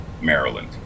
Maryland